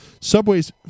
Subway's